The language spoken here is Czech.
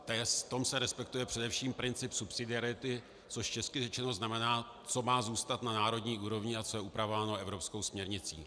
V tom se respektuje především princip subsidiarity, což česky řečeno znamená, co má zůstat na národní úrovni a co je upravováno evropskou směrnicí.